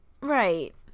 Right